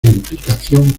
implicación